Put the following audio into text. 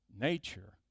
nature